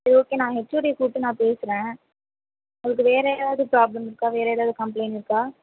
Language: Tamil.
சரி ஓகே நான் ஹெச்ஓடியை கூப்பிட்டு நான் பேசுகிறேன் உங்களுக்கு வேறு ஏதாவது ப்ராப்லம் இருக்கா வேறு ஏதாவது கம்ப்ளைண்ட் இருக்கா